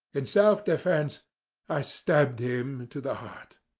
in self-defence i stabbed him to the heart.